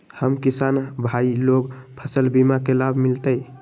हम किसान भाई लोग फसल बीमा के लाभ मिलतई?